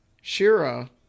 Shira